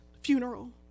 funeral